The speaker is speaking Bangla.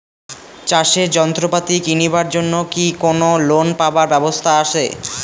চাষের যন্ত্রপাতি কিনিবার জন্য কি কোনো লোন পাবার ব্যবস্থা আসে?